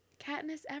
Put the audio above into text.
Katniss